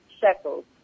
shekels